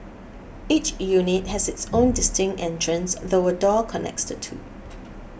each unit has its own distinct entrance though a door connects the two